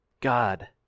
God